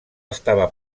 estava